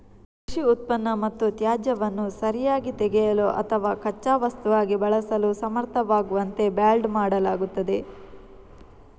ಕೃಷಿ ಉತ್ಪನ್ನ ಮತ್ತು ತ್ಯಾಜ್ಯವನ್ನು ಸರಿಯಾಗಿ ತೆಗೆಯಲು ಅಥವಾ ಕಚ್ಚಾ ವಸ್ತುವಾಗಿ ಬಳಸಲು ಸಮರ್ಥವಾಗುವಂತೆ ಬ್ಯಾಲ್ಡ್ ಮಾಡಲಾಗುತ್ತದೆ